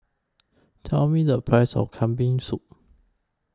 Tell Me The Price of Kambing Soup